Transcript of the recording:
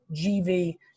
GV